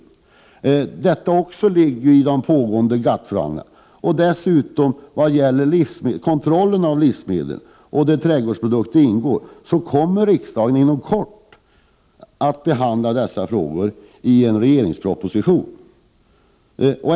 Även på det området pågår det GATT-förhandlingar i fråga om kontroll av livsmedel; där även trädgårdsprodukter ingår, kommer regeringen inom kort att lägga fram en proposition.